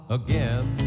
again